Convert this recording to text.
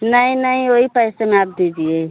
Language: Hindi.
नहीं नहीं वही पैसे में आप दीजिए